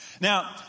Now